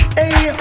Hey